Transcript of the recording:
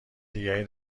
دیگری